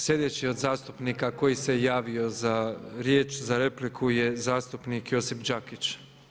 Slijedeći od zastupnika koji se javio za riječ, za repliku je zastupnik Josip Đakić.